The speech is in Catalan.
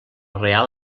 reial